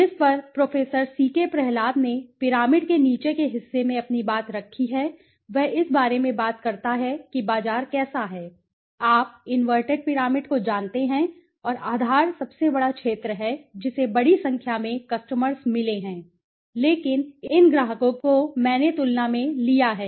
जिस पर प्रो सीकेप्रहलाद ने पिरामिड के नीचे के हिस्से में अपनी बात रखी है कि वह इस बारे में बात करता है कि बाजार कैसा है आप इनवर्टेड पिरामिड को जानते हैं और आधार सबसे बड़ा क्षेत्र है जिसे बड़ी संख्या में कस्टमर्स मिले हैं लेकिन इन ग्राहकों को मैंने तुलना में लिया है